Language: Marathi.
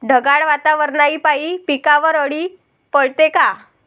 ढगाळ वातावरनापाई पिकावर अळी पडते का?